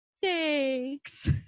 thanks